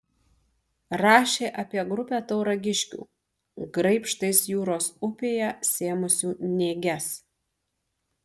rašė apie grupę tauragiškių graibštais jūros upėje sėmusių nėges